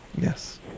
Yes